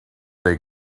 they